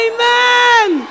Amen